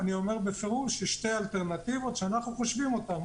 אני אומר בפירוש יש שתי אלטרנטיבות שאנחנו חושבים עליהן,